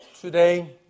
Today